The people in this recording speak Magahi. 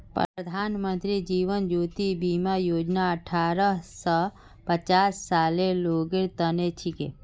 प्रधानमंत्री जीवन ज्योति बीमा योजना अठ्ठारह स पचास सालेर लोगेर तने छिके